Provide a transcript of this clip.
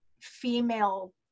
female